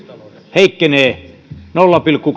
nolla pilkku